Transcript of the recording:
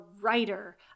writer